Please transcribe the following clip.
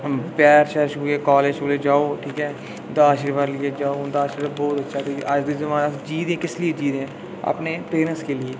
पैर छूहो कॉलेज जाओ ठीक ऐ उं'दा शीरबाद लेइयै जाओ उंदा शीरबाद बहुत अच्छा क्योंकि अज्ज दे जमाने च अस जी रहे हैं किस लिये अपने पेरेंटस के लिये